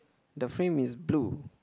the frame is blue